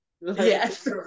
Yes